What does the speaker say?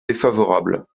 défavorable